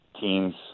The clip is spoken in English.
teams